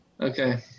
Okay